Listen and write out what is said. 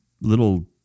little